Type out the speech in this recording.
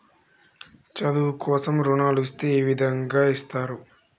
చదువు కోసం రుణాలు ఇస్తే ఏ విధంగా కట్టాలి?